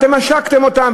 אתם עשקתם אותם,